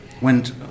went